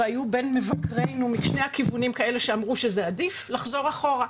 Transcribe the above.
והיו בין מבקרינו משני הכיוונים כאלה שאמרו שזה עדיף לחזור אחורה.